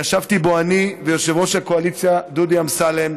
וישבנו בו אני ויושב-ראש הקואליציה דודי אמסלם,